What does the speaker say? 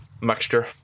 Mixture